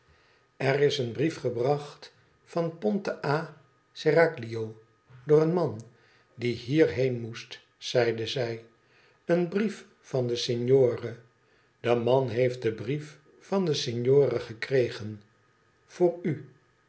er is een brief gebracht van ponte a serraglio door een man die hier heen moest zeide zij een brief van den signore de man heeft den brief van den signore gekregen voor u